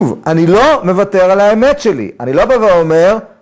‫אני לא מוותר על האמת שלי. ‫אני לא בא ואומר...